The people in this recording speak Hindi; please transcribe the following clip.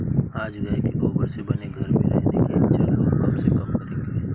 आज गाय के गोबर से बने घर में रहने की इच्छा लोग कम से कम करेंगे